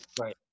right